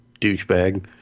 douchebag